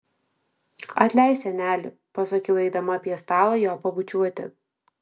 atleisk seneli pasakiau eidama apie stalą jo pabučiuoti